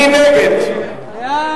מי נגד?